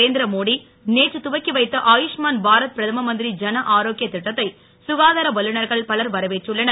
நரேந்திரமோடி நேற்று துவக்கி வைத்த ஆயுஷ்மன் பாரத் பிரதம மந்திரி ஜன ஆரோக்ய திட்டத்தை சுகாதார வல்லுநர்கள் பலர் வரவேற்றுள்ளனர்